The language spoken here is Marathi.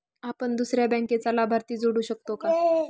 आपण दुसऱ्या बँकेचा लाभार्थी जोडू शकतो का?